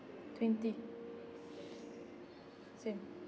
twenty same